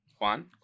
Juan